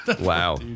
Wow